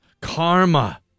Karma